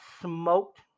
smoked